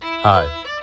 Hi